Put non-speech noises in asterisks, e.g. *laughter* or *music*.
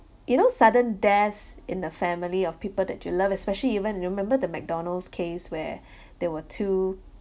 you know sudden deaths in the family of people that you love especially even you remember the mcdonald's case where *breath* there were two